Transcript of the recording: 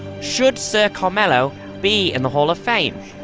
should ser carmelo be in the hall of fame?